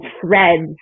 threads